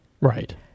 right